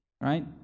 Right